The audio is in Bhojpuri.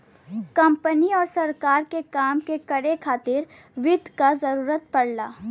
कंपनी आउर सरकार के काम के करे खातिर वित्त क जरूरत पड़ला